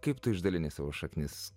kaip tu išdalini savo šaknis